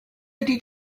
ydy